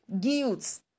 guilt